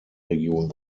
region